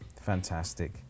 fantastic